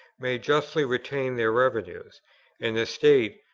may justly retain their revenues and the state,